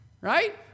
Right